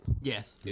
Yes